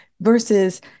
versus